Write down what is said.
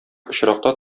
очракта